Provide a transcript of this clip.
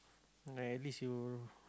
ah at least you